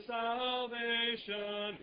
salvation